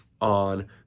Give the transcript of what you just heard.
on